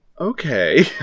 Okay